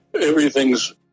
everything's